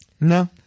No